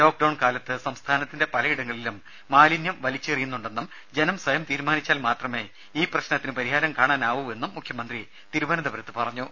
lockdown കാലത്ത് സംസ്ഥാനത്തിന്റെ പലയിടങ്ങളിലും മാലിന്യം വലിച്ചെറിയുന്നുണ്ടെന്നും ജനം സ്വയം തീരുമാനിച്ചാൽ മാത്രമേ ഈ പ്രശ്നത്തിന് പരിഹാരം കാണാനാവൂവെന്നും മുഖ്യമന്ത്രി തിരുവനന്തപുരത്ത് പറഞ്ഞു